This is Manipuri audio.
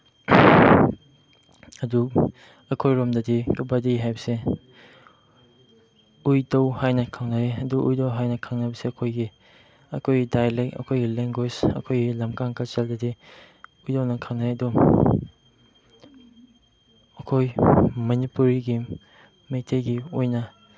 ꯑꯗꯨ ꯑꯩꯈꯣꯏꯔꯣꯝꯗꯗꯤ ꯀꯕꯥꯗꯤ ꯍꯥꯏꯕꯁꯦ ꯎꯏꯇꯧ ꯍꯥꯏꯅ ꯈꯪꯅꯩꯌꯦ ꯑꯗꯨ ꯎꯏꯇꯧ ꯍꯥꯏꯅ ꯈꯪꯅꯕꯁꯦ ꯑꯩꯈꯣꯏꯒꯤ ꯑꯩꯈꯣꯏ ꯗꯥꯏꯂꯦꯛ ꯑꯩꯈꯣꯏ ꯂꯦꯡꯒ꯭ꯋꯦꯁ ꯑꯩꯈꯣꯏꯒꯤ ꯂꯝꯀꯥꯡ ꯀꯁꯥꯔꯗꯗꯤ ꯎꯏꯇꯧꯅ ꯈꯪꯅꯩ ꯑꯗꯨ ꯑꯩꯈꯣꯏ ꯃꯅꯤꯄꯨꯔꯤꯒꯤ ꯃꯩꯇꯩꯒꯤ ꯑꯣꯏꯅ